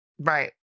Right